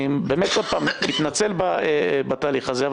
אני באמת מתנצל בתהליך הזה,